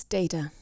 data